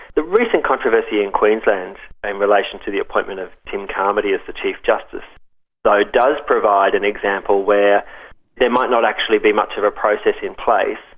the recent controversy in queensland in relation to the appointment of tim carmody as the chief justice though does provide an example where there might not actually be much of a process in place,